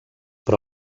però